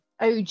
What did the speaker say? OG